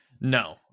no